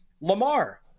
Lamar